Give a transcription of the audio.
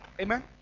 Amen